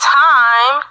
time